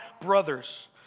brothers